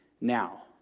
now